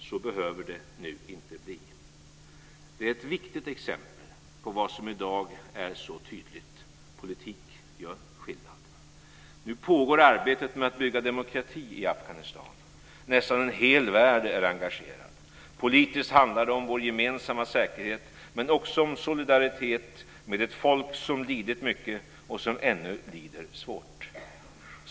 Så behöver det nu inte bli. Det är ett viktigt exempel på vad som i dag är så tydligt. Politik gör skillnad. Nu pågår arbetet med att bygga demokrati i Afghanistan. Nästan en hel värld är engagerad. Politiskt handlar det om vår gemensamma säkerhet, men också om solidaritet med ett folk som lidit mycket och som ännu lider svårt.